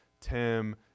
Tim